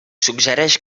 suggereix